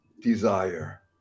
desire